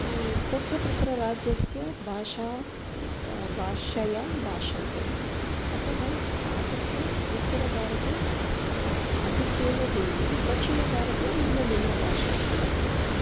तत्र तत्र राज्यस्य भाषा भाषया भाष्यन्ते अतः आहत्य उत्तरभारते आधिक्येन हिन्दि दक्षिणभारते भिन्न भिन्न भाषाः वर्तन्ते